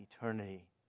eternity